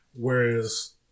Whereas